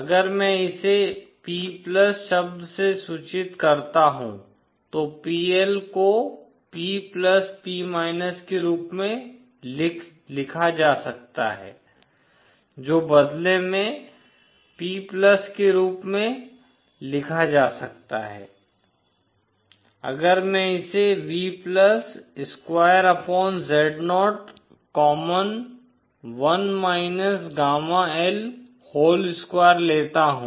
अगर मैं इसे P शब्द से सूचित करता हूं तो PL को P P के रूप में लिखा जा सकता है जो बदले में P के रूप में लिखा जा सकता है अगर मैं इस V square upon Zo common 1 गामा L होल स्कॉयर लेता हूं